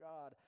God